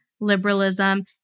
liberalism